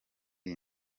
iyi